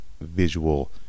visual